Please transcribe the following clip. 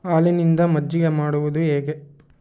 ಹಾಲಿನಿಂದ ಮಜ್ಜಿಗೆ ಮಾಡುವುದು ಹೇಗೆ